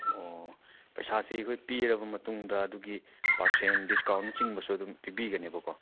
ꯑꯣ ꯄꯩꯁꯥꯁꯤ ꯑꯩꯈꯣꯏ ꯄꯤꯔꯕ ꯃꯇꯨꯡꯗ ꯑꯗꯨꯒꯤ ꯄꯥꯔꯁꯦꯟ ꯗꯤꯁꯀꯥꯎꯟꯅ ꯆꯤꯡꯕꯁꯨ ꯑꯗꯨꯝ ꯄꯤꯕꯤꯒꯅꯦꯕꯀꯣ